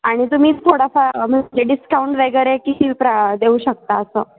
आणि तुम्हीच थोडाफार म्हणजे डिस्काउंट वगैरे किती प्रा देऊ शकता असं